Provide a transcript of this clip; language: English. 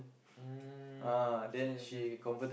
um same same